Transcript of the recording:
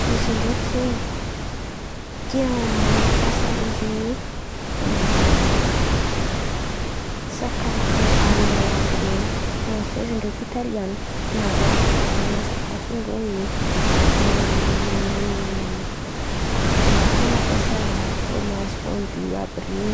Soisy ndreky zen̈y, tia mampiasa rô zen̈y sakafo aliman àby ren̈y, fransaizy ndreky italianina miaroaro karà ze zen̈y sakafondrô io. De manano tia mampiasa frômazy fondÿ àby ren̈y